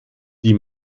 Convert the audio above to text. die